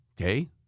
okay